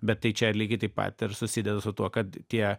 bet tai čia lygiai taip pat ir susideda su tuo kad tie